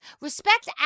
Respect